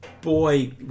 boy